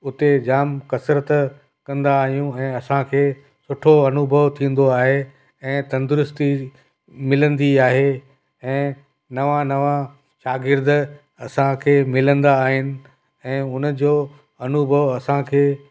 उते जामु कसरत कंदा आहियूं ऐं असांखे सुठो अनुभव थींदो आहे ऐं तंदुरुस्ती मिलंदी आहे ऐं नवां नवां शागिर्द असांखे मिलंदा आहिनि ऐं उन जो अनुभव असांखे